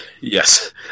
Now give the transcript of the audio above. Yes